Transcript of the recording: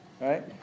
right